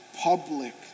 public